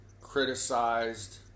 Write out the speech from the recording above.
criticized